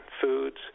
foods